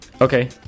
Okay